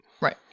Right